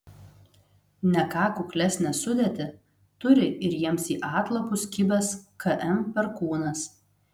ne ką kuklesnę sudėtį turi ir jiems į atlapus kibęs km perkūnas